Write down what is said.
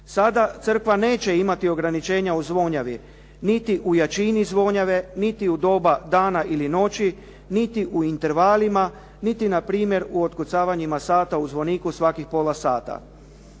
Sada Crkva neće imati ograničenja u zvonjavi, niti u jačini zvonjave, niti u doba dana ili noći, niti u intervalnim, niti na primjer u otkucavanjima u zvoniku svakih pola sata.